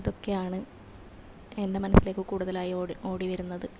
ഇതൊക്കെയാണ് എൻ്റെ മനസ്സിലേക്ക് കൂടുതലായും ഓടി ഓടി വരുന്നത്